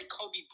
Kobe